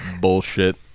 Bullshit